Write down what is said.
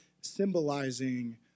symbolizing